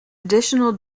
additional